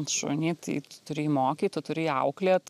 šunį tai tu turi jį mokyt tu turi jį auklėt